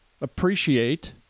appreciate